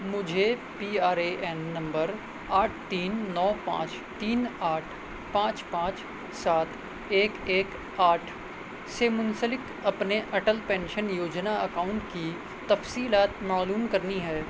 مجھے P R A N نمبر آٹھ تین نو پانچ تین آٹھ پانچ پانچ سات ایک ایک آٹھ سے منسلک اپنے اٹل پینشن یوجنا اکاؤنٹ کی تفصیلات معلوم کرنی ہے